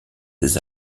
des